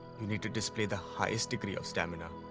you need to display the highest degree of stamina.